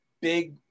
big